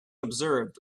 observed